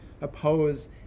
oppose